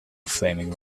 flaming